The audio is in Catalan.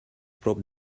prop